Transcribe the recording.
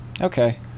Okay